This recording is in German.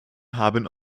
haben